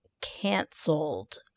canceled